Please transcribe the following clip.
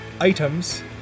items